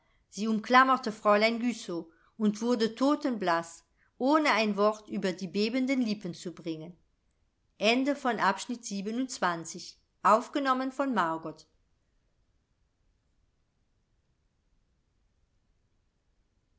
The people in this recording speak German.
sie umklammerte fräulein güssow und wurde totenblaß ohne ein wort über die bebenden lippen zu bringen